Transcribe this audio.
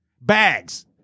bags